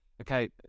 okay